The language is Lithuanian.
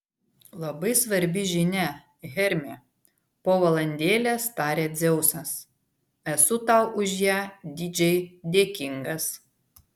labai svarbi žinia hermi po valandėlės tarė dzeusas esu tau už ją didžiai dėkingas